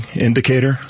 indicator